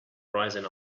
rising